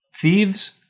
thieves